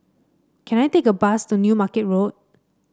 can I take a bus to New Market Road